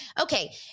Okay